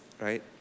right